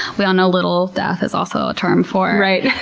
we all know little death is also a term for, right.